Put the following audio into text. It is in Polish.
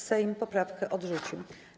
Sejm poprawkę odrzucił.